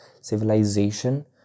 civilization